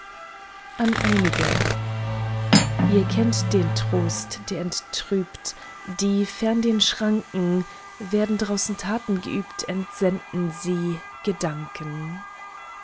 an einige ihr kennt den trost der enttrübt die fern den schranken werden draußen taten geübt entsenden sie gedanken